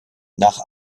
nach